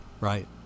Right